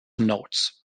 notes